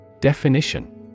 Definition